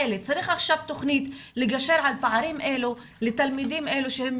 צריך עכשיו תכנית לגשר על פערים אלו לתלמידים אלה שהם